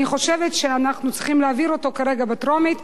אני חושבת שאנחנו צריכים להעביר אותו כרגע בטרומית,